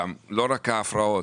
לא רק ההפרעות.